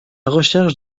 recherche